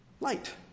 light